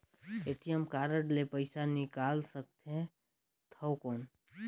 ATM card ले पइसा निकाल सकथे थव कौन?